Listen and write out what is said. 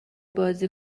بازی